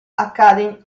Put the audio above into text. accade